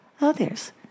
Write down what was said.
others